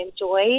enjoy